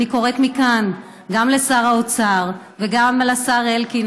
אני קוראת מכאן גם לשר האוצר וגם לשר אלקין,